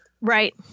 right